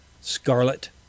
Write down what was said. Scarlet